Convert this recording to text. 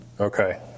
Okay